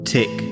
Tick